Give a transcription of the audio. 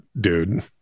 dude